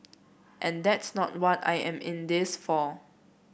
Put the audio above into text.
and that's not what I am in this for